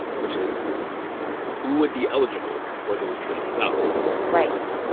which is who would be eligible for those trillions of dollars? right